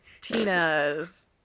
Tina's